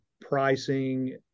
pricing